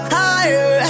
higher